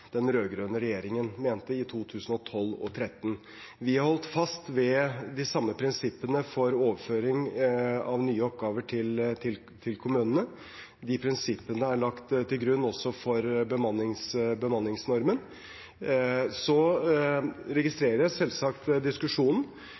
den rød-grønne regjeringen mente i 2012 og 2013. Vi har holdt fast ved de samme prinsippene for overføring av nye oppgaver til kommunene. De prinsippene er lagt til grunn også for bemanningsnormen.